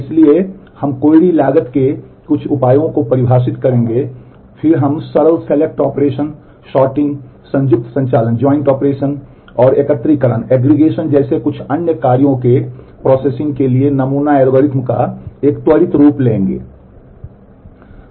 इसलिए हम क्वेरी लागत के कुछ उपायों को परिभाषित करेंगे और फिर हम सरल सेलेक्ट के लिए नमूना एल्गोरिदम का एक त्वरित रूप लेंगे